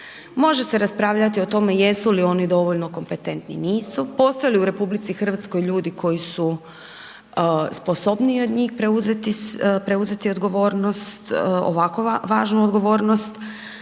može se raspravljati o tome jesu li oni dovoljno kompetentni, nisu, postoje li u RH ljudi koji su sposobniji od njih preuzeti odgovornost, ovakvu važnu odgovornost,